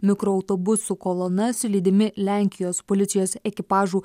mikroautobusų kolonas lydimi lenkijos policijos ekipažų